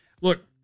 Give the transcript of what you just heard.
Look